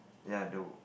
ya the